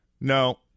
no